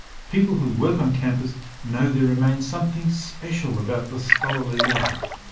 people who work on campus know there remains something special about the scholarly life,